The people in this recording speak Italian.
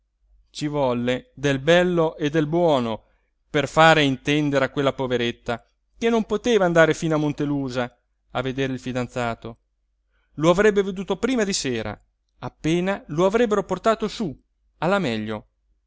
ci volle del bello e del buono per fare intendere a quella poveretta che non poteva andare fino a montelusa a vedere il fidanzato lo avrebbe veduto prima di sera appena lo avrebbero portato su alla meglio